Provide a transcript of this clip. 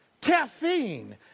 caffeine